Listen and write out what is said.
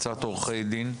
קצת עורכי דין.